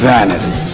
Vanity